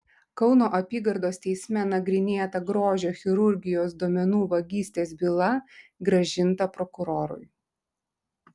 kauno apygardos teisme nagrinėta grožio chirurgijos duomenų vagystės byla grąžinta prokurorui